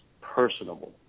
personable